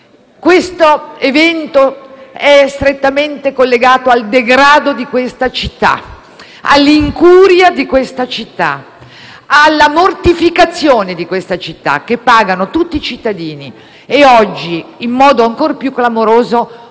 Questo evento è strettamente collegato al degrado di questa città, all'incuria di questa città, alla mortificazione di questa città, che tutti i cittadini pagano e oggi, in modo ancor più clamoroso,